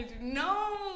No